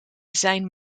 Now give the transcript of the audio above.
zijn